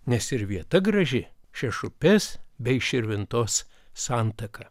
nes ir vieta graži šešupės bei širvintos santaka